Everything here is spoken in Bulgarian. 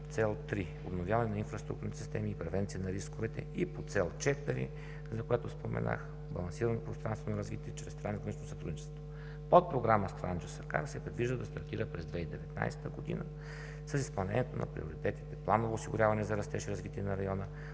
Цел 3„Обновяване на инфраструктурните системи и превенция на рисковете“ и по цел 4, за която споменах – „Балансирано пространствено развитие чрез трансгранично сътрудничество“. Подпрограма „Странджа – Сакар“ се предвижда да стартира през 2019 г. с изпълнението на приоритетите: „Планово осигуряване за растеж и развитие на района“,